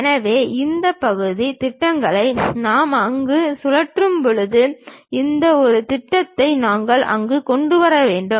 எனவே இந்த பகுதி திட்டங்களை நாங்கள் அங்கு சுழற்றும்போது இந்த ஒரு திட்டத்தை நாங்கள் அங்கு கொண்டு வர வேண்டும்